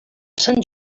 sant